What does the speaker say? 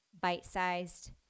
bite-sized